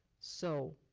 so,